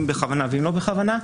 אם בכוונה ואם לא בכוונה,